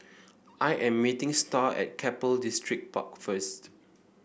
I am meeting Starr at Keppel Distripark first